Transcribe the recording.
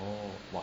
orh !wah!